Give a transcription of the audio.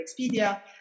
Expedia